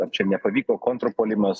ar čia nepavyko kontrpuolimas